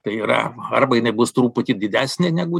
tai yra arba jinai bus truputį didesnė negu